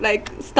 like